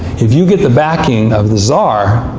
if you get the backing of the tsar,